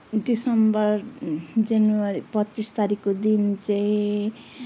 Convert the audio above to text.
दिसम्बर जनवरी पच्चिस तारिकको दिन चाहिँ